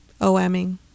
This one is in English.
OMing